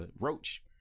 roach